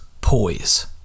poise